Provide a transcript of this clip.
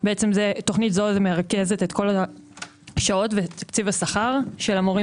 תוכנית זו מרכזת את כל השעות ותקציב השכר של המורים